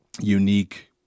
unique